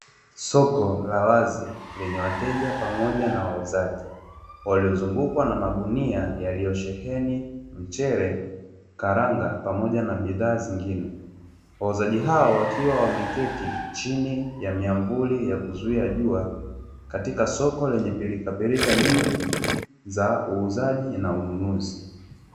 Soko la wazi lenye wateja pamoja na wauzaji waliozungukwa na magunia yaliyosheheni mchele, karanga, pamoja na bidhaa zingine, wauzaji hao wakiwa wameketi chini ya miavuli ya kuzuia jua katika soko lenye pilikapilika nyingi za uuzaji na ununuzi.